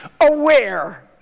aware